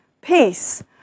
peace